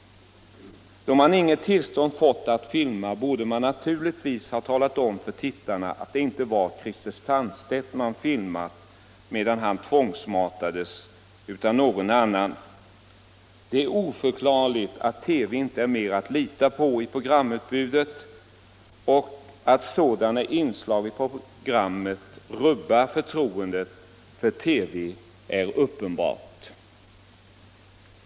Då man inte fått tillstånd att filma, borde man naturligtvis — TV-sändningar ha talat om för tittarna att det inte var Christer Sandstedt som man filmat medan han tvångsmatades, utan någon annan person. Det är oförklarligt att TV inte är mer att lita på i programutbudet. Att sådana programinslag rubbar förtroendet för TV är uppenbart.